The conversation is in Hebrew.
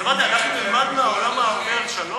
אז אמרתי: שאנו נלמד מהעולם הערבי על שלום,